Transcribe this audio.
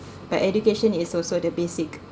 but education is also the basic